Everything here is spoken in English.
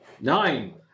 Nine